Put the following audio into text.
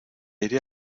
iré